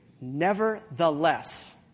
Nevertheless